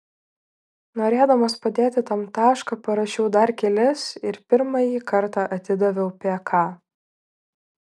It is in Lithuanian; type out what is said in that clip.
norėdamas padėti tam tašką parašiau dar kelis ir pirmąjį kartą atidaviau pk